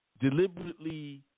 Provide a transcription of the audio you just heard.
deliberately